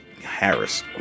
Harris